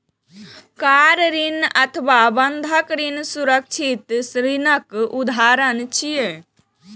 car ऋण अथवा बंधक ऋण सुरक्षित ऋणक उदाहरण छियै